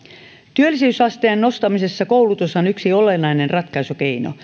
työllisyysasteen nostamisessa koulutus on yksi olennainen ratkaisukeino